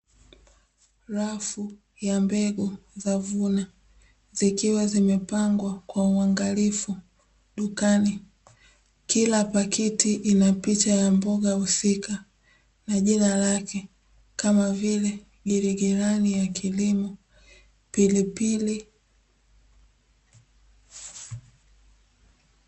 Rafu ya mbegu za "Vuna" zikiwa zimepangwa kwa uangalifu dukani, kila pakiti ina picha ya mboga husika na jina lake kama vile giligilani ya kilimo, pilipili.